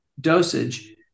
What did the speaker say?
dosage